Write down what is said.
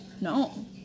No